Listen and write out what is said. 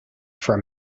from